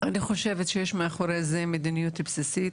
אני חושבת שיש מאחורי זה מדיניות בסיסית,